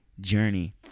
journey